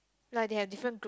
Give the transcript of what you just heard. like they have different